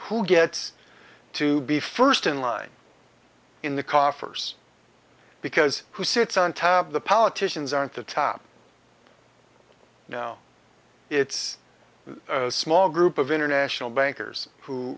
who gets to be first in line in the coffers because who sits on top of the politicians aren't the top now it's a small group of international bankers who